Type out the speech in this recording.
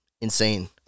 insane